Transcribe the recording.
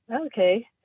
Okay